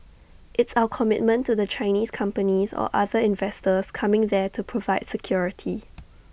it's our commitment to the Chinese companies or other investors coming there to provide security